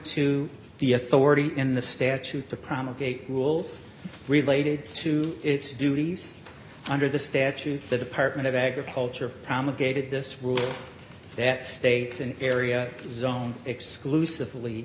to the authority in the statute the promulgated rules related to its duties under the statute the department of agriculture promulgated this rule that states an area zone exclusively